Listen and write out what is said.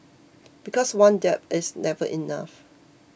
because one dab is never enough